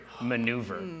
maneuver